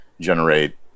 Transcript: generate